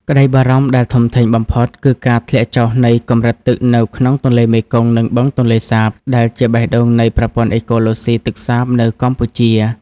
ក្តីបារម្ភដែលធំធេងបំផុត គឺការធ្លាក់ចុះនៃកម្រិតទឹកនៅក្នុងទន្លេមេគង្គ និងបឹងទន្លេសាប ដែលជាបេះដូងនៃប្រព័ន្ធអេកូឡូស៊ីទឹកសាបនៅកម្ពុជា។